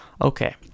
Okay